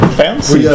fancy